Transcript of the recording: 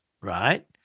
right